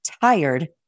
tired